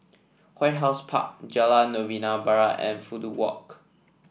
White House Park Jalan Novena Barat and Fudu Walk